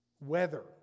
Weather